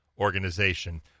organization